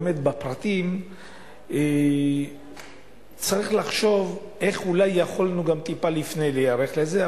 באמת בפרטים צריך לחשוב איך אולי יכולנו גם טיפה לפני להיערך לזה,